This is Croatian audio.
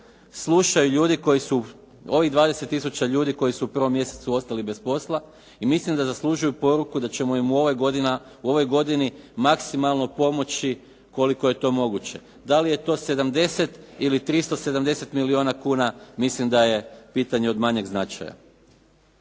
slušaju ovih 20 tisuća ljudi koji su u 1. mjesecu ostali bez posla i mislim da zaslužuju poruku da ćemo im u ovoj godini maksimalno pomoći koliko je to moguće. Da li je to 70 ili 370 milijuna kuna mislim da je pitanje od manjeg značaja.